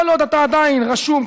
כל עוד אתה עדיין רשום,